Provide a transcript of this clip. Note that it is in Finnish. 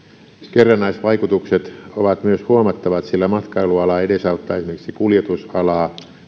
kerrannaisvaikutukset ovat huomattavat sillä matkailuala edesauttaa esimerkiksi kuljetusalaa